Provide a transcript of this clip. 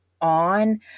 on